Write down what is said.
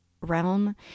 realm